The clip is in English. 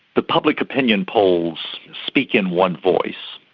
the public opinion polls speak in one voice,